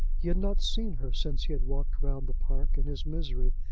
he had not seen her since he had walked round the park, in his misery,